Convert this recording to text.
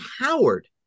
Howard